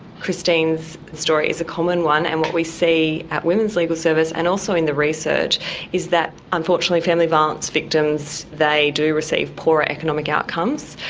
christine's story is a common one, and what we see at women's legal service and also in the research is that unfortunately family violence victims, they do receive poorer economic outcomes.